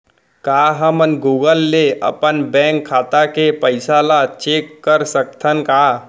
का हमन गूगल ले अपन बैंक खाता के पइसा ला चेक कर सकथन का?